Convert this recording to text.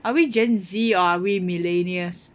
are we gen Z or are we millennials